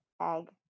egg